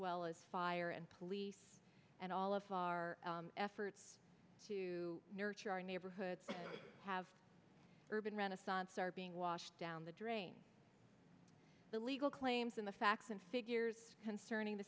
well as fire and police and all of our efforts to nurture our neighborhoods have urban renaissance are being washed down the drain the legal claims in the facts and figures concerning the